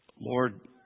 Lord